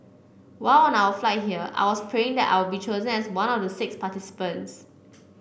while on our flight here I was praying that I'll be chosen as one of the six participants